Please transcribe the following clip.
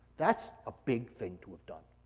that's a big thing to have done.